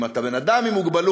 אם אתה בן-אדם עם מוגבלות,